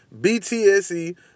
BTSE